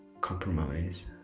Compromise